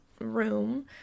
room